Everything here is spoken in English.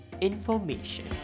information